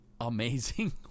amazing